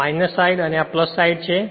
આ સાઈડ અને આ સાઈડ છે